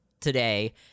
today